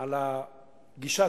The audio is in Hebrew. על הגישה.